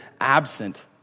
absent